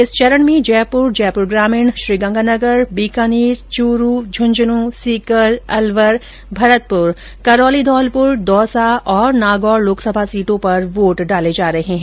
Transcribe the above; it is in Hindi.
इस चरण में जयपुर जयपुर ग्रामीण गंगानगर बीकानेर चूरू झंझंन सीकर अलवर भरतपुर करौली धौलपुर दौसा तथा नागौर लोकसभा सीटों पर वोट डाले जा रहे है